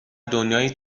دنیای